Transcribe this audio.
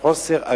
וחוסר מוחלט,